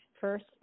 first